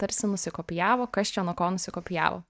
tarsi nusikopijavo kas čia nuo ko nusikopijavo